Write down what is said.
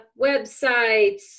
websites